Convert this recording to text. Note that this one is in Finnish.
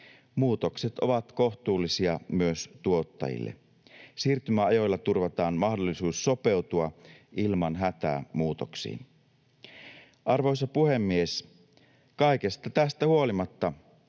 Muutokset ovat kohtuullisia myös tuottajille. Siirtymäajoilla turvataan mahdollisuus sopeutua ilman hätää muutoksiin. Arvoisa puhemies! Kaikesta tästä huolimatta